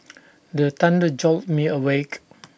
the thunder jolt me awake